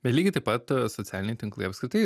bet lygiai taip pat socialiniai tinklai apskritai